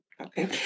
Okay